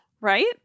Right